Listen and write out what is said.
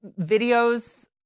videos